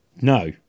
no